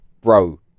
bro